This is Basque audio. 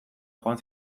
joan